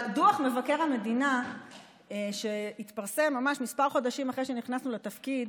אבל דוח מבקר המדינה שהתפרסם ממש כמה חודשים אחרי שנכנסנו לתפקיד